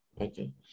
Okay